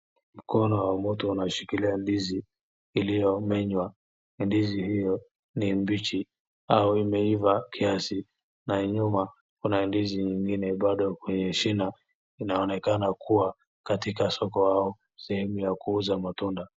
Mkono wa mtu unashikilia ndizi iliyomenywa. Ndizi hiyo ni mbichi au imeiva kiasi, na nyuma kuna ndizi nyingine bado kwenye shina. Inaonekana kuwa katika soko au sehemu ya kuuza matunda.